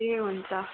ए हुन्छ